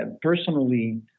personally